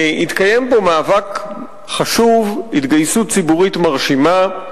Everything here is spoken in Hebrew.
התקיים בו מאבק חשוב, התגייסות ציבורית מרשימה.